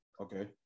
Okay